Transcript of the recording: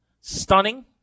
stunning